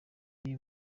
uyu